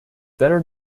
better